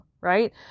right